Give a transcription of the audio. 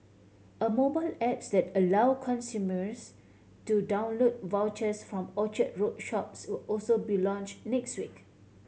a mobile app that allow consumers to download vouchers from Orchard Road shops will also be launch next week